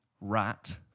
rat